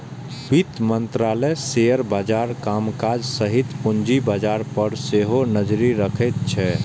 वित्त मंत्रालय शेयर बाजारक कामकाज सहित पूंजी बाजार पर सेहो नजरि रखैत छै